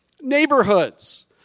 neighborhoods